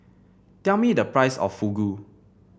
tell me the price of Fugu